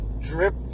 drip